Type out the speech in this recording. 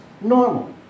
normal